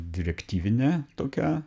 direktyvinė tokia